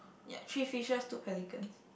ya three fishes two pelicans